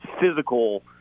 physical